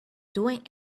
doing